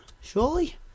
surely